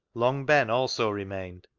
long ben also remained,